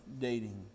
dating